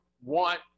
want